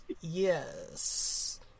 Yes